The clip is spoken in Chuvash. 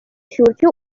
ҫурчӗ